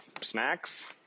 snacks